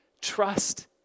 Trust